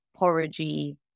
porridgey